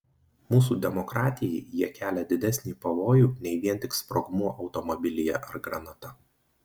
mūsų demokratijai jie kelia didesnį pavojų nei vien tik sprogmuo automobilyje ar granata